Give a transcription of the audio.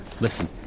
Listen